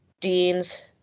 Dean's